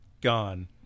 gone